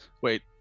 Wait